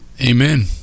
amen